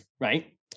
right